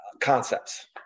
concepts